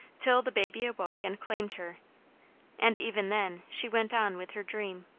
till the baby awoke and claimed her and even then she went on with her dream.